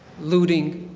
looting,